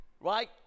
right